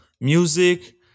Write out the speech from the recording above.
music